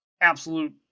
absolute